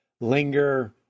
Linger